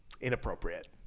inappropriate